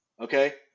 Okay